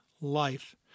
life